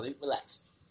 relax